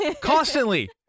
Constantly